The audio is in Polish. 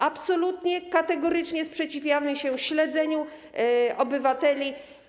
Absolutnie, kategorycznie sprzeciwiamy się śledzeniu obywateli.